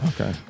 Okay